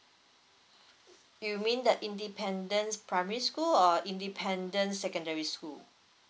you mean that independent primary school or independent secondary school